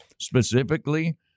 specifically